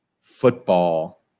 football